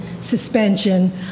suspension